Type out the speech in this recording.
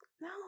No